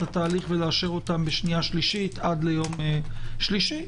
התהליך ולאשר אותם בשנייה-שלישית עד יום שלישי.